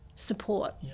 support